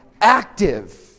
active